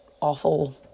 awful